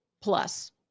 plus